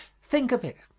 think of it.